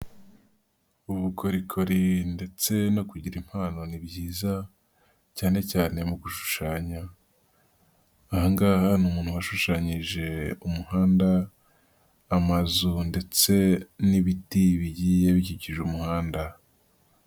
Ubukorikori ndetse no kugira impano ni byiza, cyane cyane mu gushushanya. Ahangaha ni umuntu washushanyije umuhanda, amazu ndetse n'ibiti bigiye bikikije umuhanda.